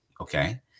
Okay